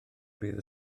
bydd